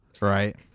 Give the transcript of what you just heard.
right